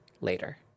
later